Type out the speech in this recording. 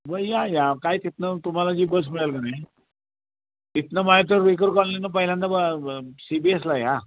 मग या या काय तिथून तुम्हाला जी बस मिळेल का नाही तिथून माझ्या तर रुईकर कॉलनीनं पहिल्यांदा ब ब सी बी एसला या